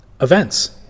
events